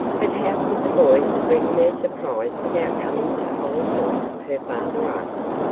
but how could the boys spring their surprise without coming to hollyhill? her father asked.